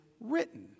written